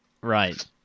Right